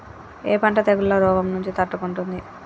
ఏ పంట తెగుళ్ల రోగం నుంచి తట్టుకుంటుంది?